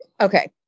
Okay